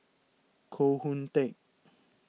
Koh Hoon Teck